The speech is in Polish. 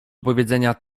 powiedzenia